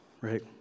right